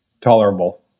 tolerable